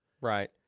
Right